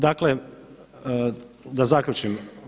Dakle da zaključim.